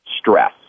stress